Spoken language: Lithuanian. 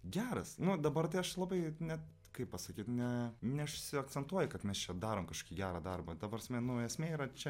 geras nu dabar tai aš labai net kaip pasakyt ne neužsiakcentuoji kad mes čia darom kažkokį gerą darbą ta prasme nu esmė yra čia